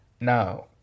Now